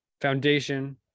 foundation